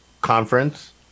conference